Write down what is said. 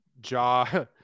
Jaw